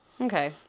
Okay